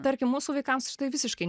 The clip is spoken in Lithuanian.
tarkim mūsų vaikams šitai visiškai